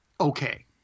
okay